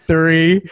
Three